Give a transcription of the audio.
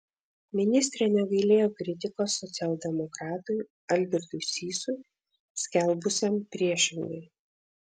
ministrė negailėjo kritikos socialdemokratui algirdui sysui skelbusiam priešingai